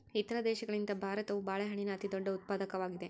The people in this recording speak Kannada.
ಇತರ ದೇಶಗಳಿಗಿಂತ ಭಾರತವು ಬಾಳೆಹಣ್ಣಿನ ಅತಿದೊಡ್ಡ ಉತ್ಪಾದಕವಾಗಿದೆ